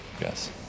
Yes